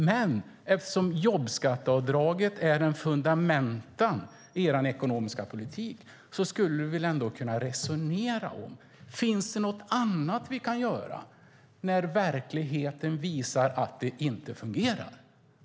Men eftersom jobbskatteavdraget är fundamentet i er ekonomiska politik skulle han väl ändå kunna resonera om ifall det finns något annat vi kan göra när verkligheten visar att det inte fungerar.